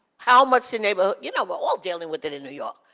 how much the neighborhood, you know we're all dealing with it in new york.